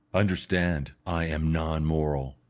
understand, i am non-moral.